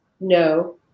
No